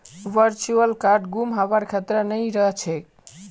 virtual कार्डत गुम हबार खतरा नइ रह छेक